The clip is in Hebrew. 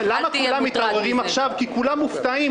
כולם מתעוררים עכשיו כי כולם מופתעים.